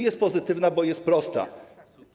Jest pozytywna, bo jest prosta.